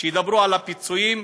כשידברו על הפיצויים,